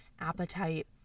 appetite